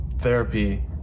therapy